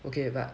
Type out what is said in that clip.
okay but